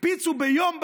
הקפיצו ביום בהיר.